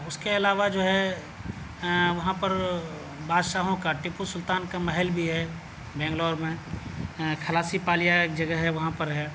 اس کے علاوہ جو ہے وہاں پر بادشاہوں کا ٹیپو سلطان کا محل بھی ہے بنگلور میں کھلاسی پالیا ایک جگہ ہے وہاں پر ہے